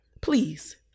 Please